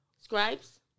Scribes